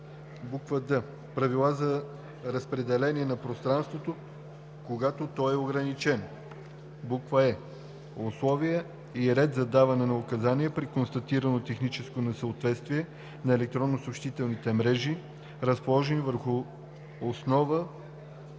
мрежи; д. правила за разпределяне на пространството, когато то е ограничено; е. условия и ред за даване на указания при констатирано техническо несъответствие на електронните съобщителни мрежи, разположени въз основа